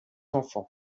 enfants